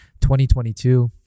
2022